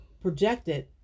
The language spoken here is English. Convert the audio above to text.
projected